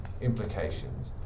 implications